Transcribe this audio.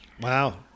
Wow